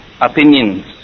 opinions